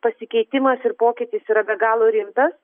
pasikeitimas ir pokytis yra be galo rimtas